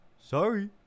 Sorry